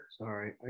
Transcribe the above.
Sorry